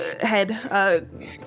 head